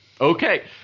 Okay